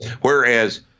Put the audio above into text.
Whereas